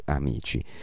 amici